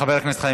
חבר הכנסת חיים